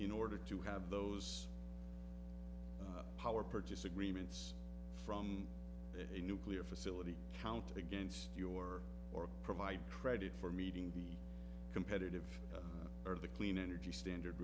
in order to have those power purchase agreements from a nuclear facility count against your or provide credit for meeting the competitive of the clean energy standard